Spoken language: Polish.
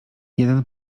jeden